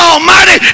Almighty